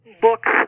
book's